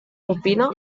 alpina